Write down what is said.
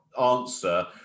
answer